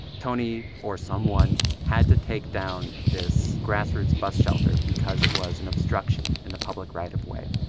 tony or someone had to take down this grassroots bus shelter because it was an obstruction in the public right of way.